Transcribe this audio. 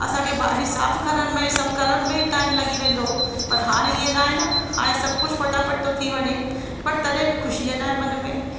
असांखे भाॼी साफ़ु करण में सभु करण में ई टाइम लॻी वेंदो पर हाणे इअं नाहे न हाणे सभु कुझु फ़टाफ़ट थो थी वञे पर तॾहिं बि ख़ुशीअ नाहे मन में